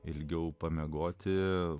ilgiau pamiegoti